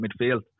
midfield